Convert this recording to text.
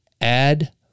add